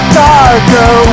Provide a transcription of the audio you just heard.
darker